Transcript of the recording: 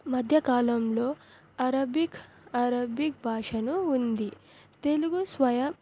మధ్యకాలంలో Arabic Arabic భాషను ఉంది తెలుగు స్వయ